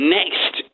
next